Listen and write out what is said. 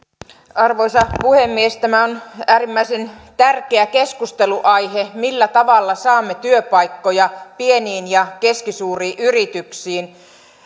arvoisa puhemies tämä on äärimmäisen tärkeä keskustelunaihe millä tavalla saamme työpaikkoja pieniin ja keskisuuriin yrityksiin